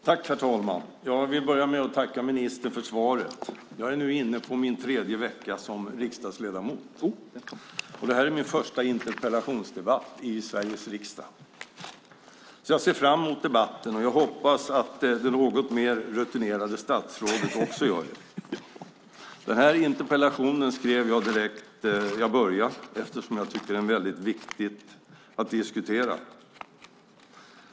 Herr talman! Jag vill börja med att tacka ministern för svaret. Jag är nu inne på min tredje vecka som riksdagsledamot, och det här är min första interpellationsdebatt i Sveriges riksdag. Jag ser fram emot debatten och hoppas att det något mer rutinerade statsrådet också gör det. Den här interpellationen ställde jag direkt när jag kom till riksdagen, eftersom jag tycker att den är viktig att diskutera.